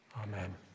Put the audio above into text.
Amen